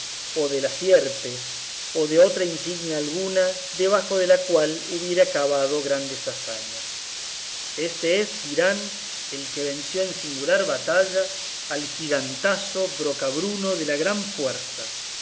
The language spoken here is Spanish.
o de la sierpe o de otra insignia alguna debajo de la cual hubiere acabado grandes hazañas éste es dirán el que venció en singular batalla al gigantazo brocabruno de la gran fuerza